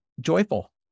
joyful